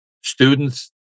students